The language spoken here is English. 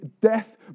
death